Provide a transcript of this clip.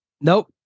nope